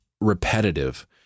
repetitive